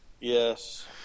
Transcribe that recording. Yes